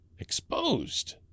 Exposed